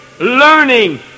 learning